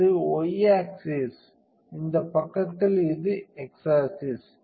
இது y axis இந்த பக்கத்தில் இது x ஆக்சிஸ்